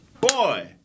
boy